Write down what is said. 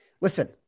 Listen